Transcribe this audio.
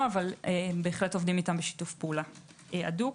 בהחלט עובדים איתם בשיתוף פעולה הדוק.